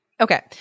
Okay